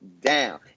down